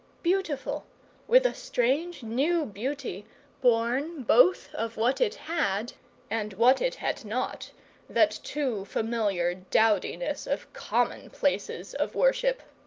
beautiful with a strange new beauty born both of what it had and what it had not that too familiar dowdiness of common places of worship.